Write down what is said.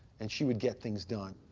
and she would get things done.